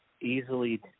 easily